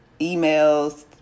emails